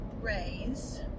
raise